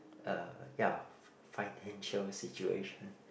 uh ya financial situation